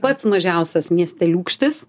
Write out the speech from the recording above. pats mažiausias miesteliūkštis